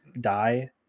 die